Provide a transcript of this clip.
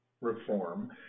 reform